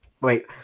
wait